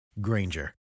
Granger